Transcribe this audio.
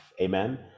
Amen